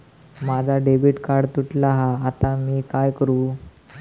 माझा debit card तुटला हा आता मी काय करू?